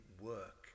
work